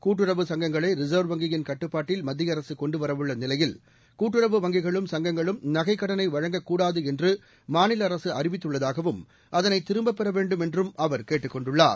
கூட்டுறவு சங்கங்களை ரிசர்வ் வங்கியின் கட்டுப்பாட்டில் மத்திய அரசு கொண்டு வரவுள்ள நிலையில் கூட்டுறவு வங்கிகளும் சங்கங்களும் நகைக்கடனை வழங்கக்கூடாது என்று மாநில அரசு அறிவித்துள்ளதாகவும் அதனை திரும்பப் பெற வேண்டும் என்றும் அவர் கேட்டுக் கொண்டுள்ளார்